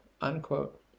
unquote